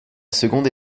seconde